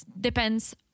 depends